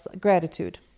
gratitude